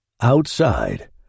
Outside